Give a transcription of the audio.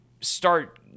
start